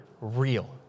real